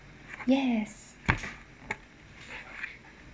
yes